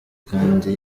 kandi